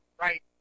right